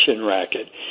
racket